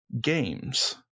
Games